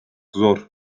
zor